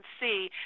see